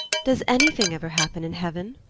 does anything ever happen in heaven?